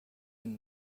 and